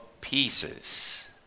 pieces